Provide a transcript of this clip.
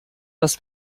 das